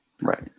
right